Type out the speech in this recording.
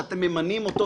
שאתם ממנים אותו,